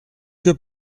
que